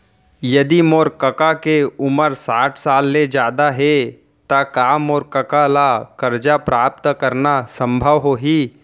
यदि मोर कका के उमर साठ साल ले जादा हे त का मोर कका ला कर्जा प्राप्त करना संभव होही